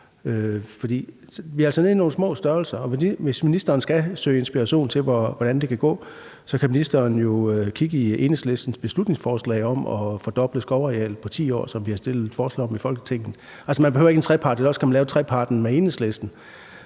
altså nede i nogle små størrelser. Hvis ministeren skal søge inspiration til, hvordan det kan gå, kan ministeren jo kigge i Enhedslistens beslutningsforslag om at fordoble skovarealet på 10 år, som vi har fremsat i Folketinget. Altså, man behøver ikke en trepart, eller også kan man lave treparten med Enhedslisten.